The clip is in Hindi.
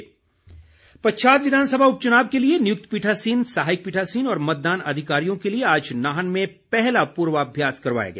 पूर्वाभ्यास पच्छाद विधानसभा उपचुनाव के लिए नियुक्त पीठासीन सहायक पीठासीन और मतदान अधिकारियों के लिए आज नाहन में पहला पूर्वाभ्यास करवाया गया